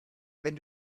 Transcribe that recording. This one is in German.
wenn